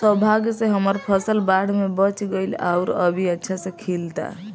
सौभाग्य से हमर फसल बाढ़ में बच गइल आउर अभी अच्छा से खिलता